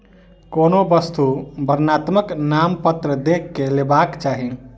कोनो वस्तु वर्णनात्मक नामपत्र देख के लेबाक चाही